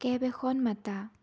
cab এখন মাতা